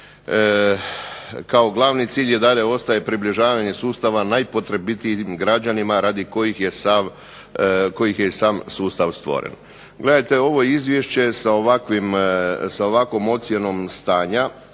Kao glavni cilj ostaje približavanje sustav najpotrebitijim građanima radi kojih je sam sustav stvoren. Gledajte, ovakvo izvješće sa ovakvim dijelom ocjene